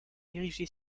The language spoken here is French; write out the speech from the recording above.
érigé